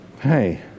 Hey